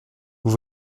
vous